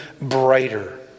brighter